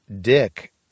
Dick